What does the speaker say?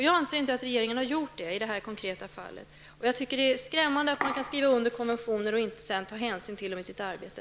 Jag anser inte att regeringen har gjort det i det här konkreta fallet. Jag tycker att det är skrämmande att man kan skriva under konventioner och sedan inte ta hänsyn till dem i sitt arbete.